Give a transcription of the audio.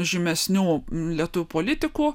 žymesnių lietuvių politikų